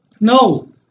No